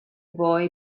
boy